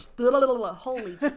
holy